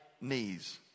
Knees